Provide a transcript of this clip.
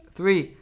Three